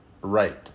right